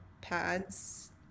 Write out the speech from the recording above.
pads